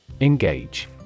Engage